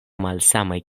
malsamaj